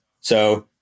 So-